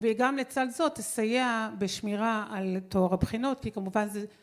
וגם לצד זאת תסייע בשמירה על טוהר הבחינות כי כמובן זה